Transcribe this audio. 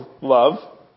love